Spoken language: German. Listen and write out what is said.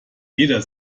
jeder